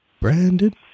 Brandon